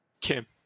kim